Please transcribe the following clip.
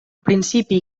principi